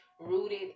rooted